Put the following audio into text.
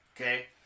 Okay